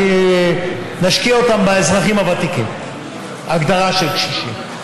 נשקיע אותם באזרחים הוותיקים, הגדרה של קשישים.